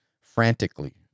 frantically